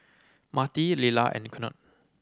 Marti Lilla and Knute